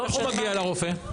איך הוא מגיע לרופא?